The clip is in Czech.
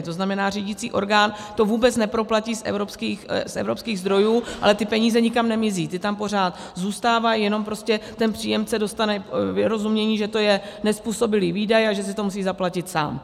To znamená, řídící orgán to vůbec neproplatí z evropských zdrojů, ale ty peníze nikam nemizí, ty tam pořád zůstávají, jenom ten příjemce dostane vyrozumění, že to je nezpůsobilý výdaj a že si to musí zaplatit sám.